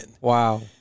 Wow